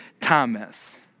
Thomas